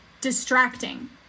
distracting